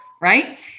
right